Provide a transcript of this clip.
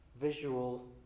visual